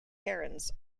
herons